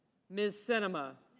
miss cinema.